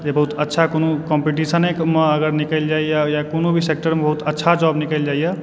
जे बहुत अच्छा कोनो कम्पटीशने मऽ अगर निकलि जाइए या कोनो भी सेक्टरमऽ बहुत अच्छा जॉब निकलि जाइए